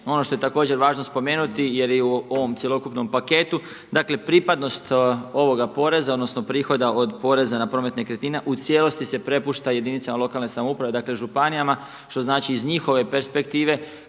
Ono što je također važno spomenuti jer je u ovom cjelokupnom paketu, dakle pripadnost ovoga poreza odnosno prihoda od poreza na promet nekretnina u cijelosti se prepušta jedinicama lokalne samouprave, dakle županijama. Što znači iz njihove perspektive